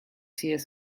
hears